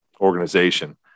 organization